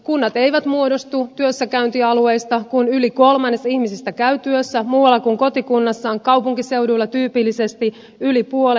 kunnat eivät muodostu työssäkäyntialueista kun yli kolmannes ihmisistä käy työssä muualla kuin kotikunnassaan kaupunkiseuduilla tyypillisesti yli puolet